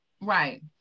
right